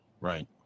Right